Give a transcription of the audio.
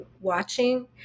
watching